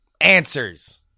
answers